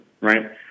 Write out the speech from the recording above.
right